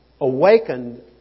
awakened